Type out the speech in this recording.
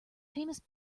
famous